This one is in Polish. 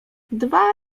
dwa